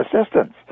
assistance